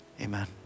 Amen